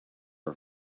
are